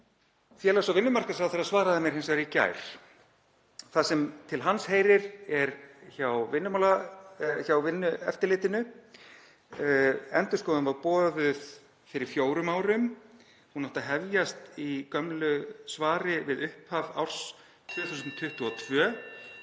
Félags- og vinnumarkaðsráðherra svaraði mér hins vegar í gær. Það sem til hans heyrir er hjá Vinnueftirlitinu. Endurskoðun var boðuð fyrir fjórum árum. Hún átti að hefjast, í gömlu svari, við upphaf árs 2022